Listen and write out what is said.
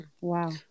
Wow